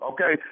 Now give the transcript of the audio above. Okay